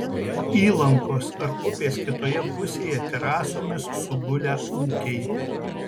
įlankos ar upės kitoje pusėje terasomis sugulę ūkiai